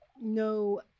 no